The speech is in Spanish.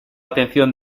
atención